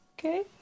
Okay